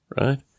right